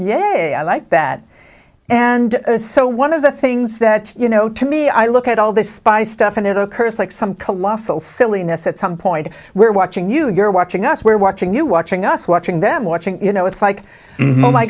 yes i like that and so one of the things that you know to me i look at all the spy stuff and it occurs like some colossal philly ness at some point we're watching you and you're watching us we're watching you watching us watching them watching you know it's like oh my